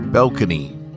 Balcony